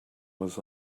was